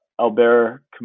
albert